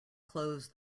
close